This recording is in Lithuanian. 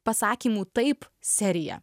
pasakymų taip serija